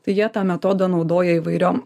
tai jie tą metodą naudoja įvairiom